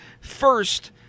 first